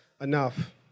enough